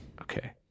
Okay